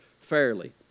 fairly